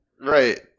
Right